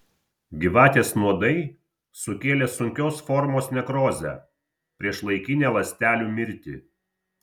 gyvatės nuodai sukėlė sunkios formos nekrozę priešlaikinę ląstelių mirtį